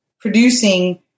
producing